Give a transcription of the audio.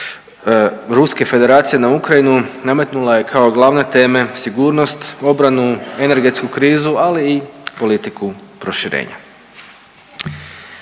Ruske Federacije na Ukrajinu nametnula je kao glavne teme sigurnost, obranu, energetsku krizu, ali i politiku proširenja.